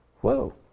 Whoa